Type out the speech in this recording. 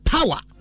Power